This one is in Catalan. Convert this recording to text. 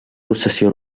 possessió